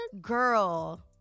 Girl